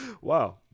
wow